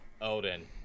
odin